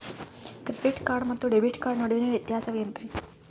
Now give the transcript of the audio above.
Credit card ಮತ್ತು debit card ನಡುವಿನ ವ್ಯತ್ಯಾಸ ವೇನ್ರೀ?